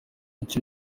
icyo